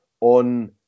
on